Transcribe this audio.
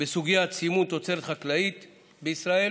בסוגיית סימון תוצרת חקלאית בישראל.